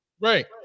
Right